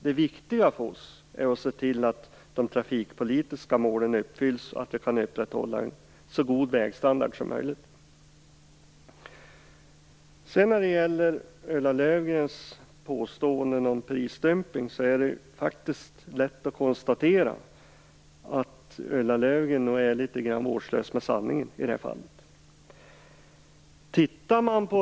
Det viktiga för oss är att se till att de trafikpolitiska målen uppfylls och att vi kan upprätthålla en så god vägstandard som möjligt. När det gäller Ulla Löfgrens påståenden om prisdumpning är det faktiskt lätt att konstatera att Ulla Löfgren är litet vårdslös med sanningen i det här fallet.